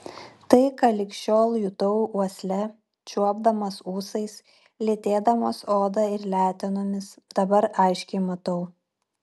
tai ką lig šiol jutau uosle čiuopdamas ūsais lytėdamas oda ir letenomis dabar aiškiai matau